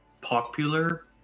popular